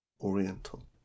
Oriental